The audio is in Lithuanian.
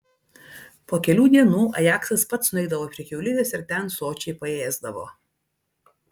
po kelių dienų ajaksas pats nueidavo prie kiaulidės ir ten sočiai paėsdavo